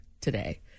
today